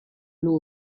law